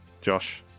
Josh